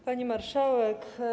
Pani Marszałek!